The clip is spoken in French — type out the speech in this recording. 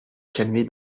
calmer